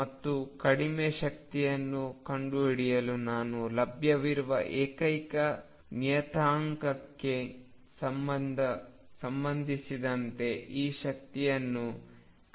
ಮತ್ತು ಕಡಿಮೆ ಶಕ್ತಿಯನ್ನು ಕಂಡುಹಿಡಿಯಲು ನಾನು ಲಭ್ಯವಿರುವ ಏಕೈಕ ನಿಯತಾಂಕಕ್ಕೆ ಸಂಬಂಧಿಸಿದಂತೆ ಈ ಶಕ್ತಿಯನ್ನು ಕಡಿಮೆ ಮಾಡುತ್ತೇನೆ ಮತ್ತು ಅದು a